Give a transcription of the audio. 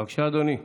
בבקשה, אדוני.